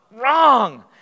wrong